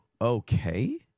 Okay